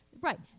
Right